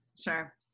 Sure